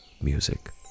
music